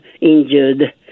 injured